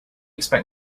expect